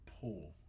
pull